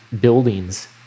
buildings